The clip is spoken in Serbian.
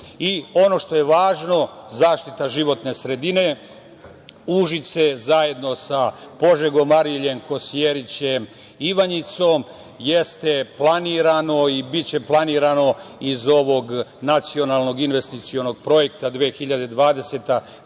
što je važno, zaštita životne sredine. Užice zajedno sa Požegom, Ariljem, Kosjerićem, Ivanjicom jeste planirano i biće planirano iz nacionalnog investicionog projekta